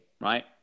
right